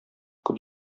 күп